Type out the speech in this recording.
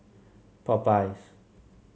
Popeyes